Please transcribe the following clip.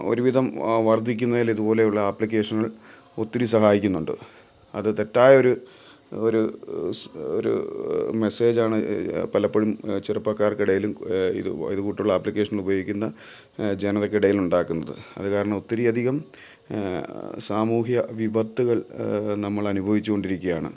ഒരുവിധം വർദ്ധിപ്പിക്കുന്നതിൽ ഇതുപോലെയുള്ള ആപ്ലിക്കേഷനുകൾ ഒത്തിരി സഹായിക്കുന്നുണ്ട് അതു തെറ്റായ ഒരു ഒരു ഒരു മെസ്സേജാണ് പലപ്പോഴും ചെറുപ്പക്കാർക്കിടയിലും ഇത് ഇതു കൂട്ടുള്ള ആപ്ലിക്കേഷൻ ഉപയോഗിക്കുന്ന ജനതയ്ക്കിടയിൽ ഉണ്ടാക്കുന്നത് അതു കാരണം ഒത്തിരി അധികം സാമൂഹ്യ വിപത്തുകൾ നമ്മൾ അനുഭവിച്ചുകൊണ്ടിരിക്കുകയാണ്